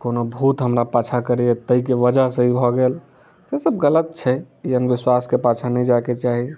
कोनो भूत हमरा पाछा करैया ताहिके वजह सँ ई भऽ गेल से सब गलत छै ई अन्धविश्वास के पाछा नहि जाय के चाही